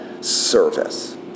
service